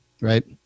Right